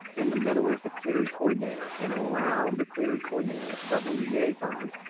in the middle is the clery coordinator. and around the clery coordinator are several liaisons,